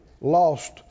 lost